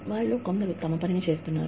వారిలో కొందరు తమ పనిని చేస్తున్నారు